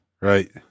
Right